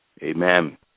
Amen